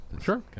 Sure